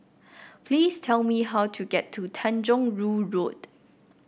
please tell me how to get to Tanjong Rhu Road